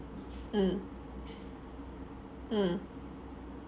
mm mm